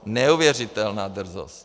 Neuvěřitelná drzost!